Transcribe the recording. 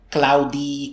cloudy